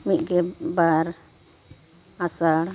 ᱢᱤᱫᱜᱮᱞ ᱵᱟᱨ ᱟᱥᱟᱲ